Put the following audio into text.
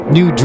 New